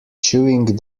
chewing